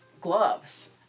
gloves